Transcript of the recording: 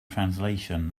translation